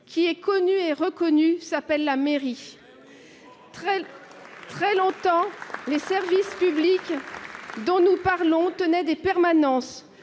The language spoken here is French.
qui est connue et reconnue, s'appelle la mairie ? Pendant très longtemps, les services publics dont nous parlonsonttenu des permanences.